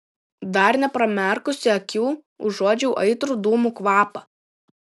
dar nepramerkusi akių užuodžiau aitrų dūmų kvapą